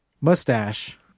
mustache